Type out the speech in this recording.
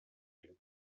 den